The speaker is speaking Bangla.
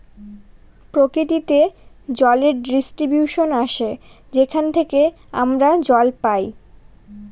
প্রকৃতিতে জলের ডিস্ট্রিবিউশন আসে যেখান থেকে আমরা জল পাই